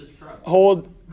hold